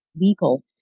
legal